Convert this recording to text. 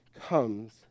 comes